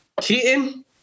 Keaton